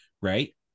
Right